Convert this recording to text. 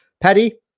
Paddy